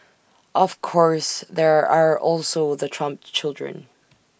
of course there are also the Trump children